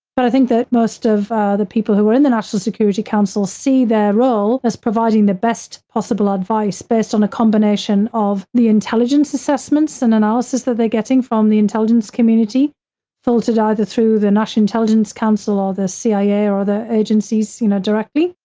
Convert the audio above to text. but i think that most of ah the people who were in the national security council see their role as providing the best possible advice based on a combination of the intelligence assessments and analysis that they're getting from the intelligence community filtered either through the national intelligence council or the cia or other agencies, you know, directly.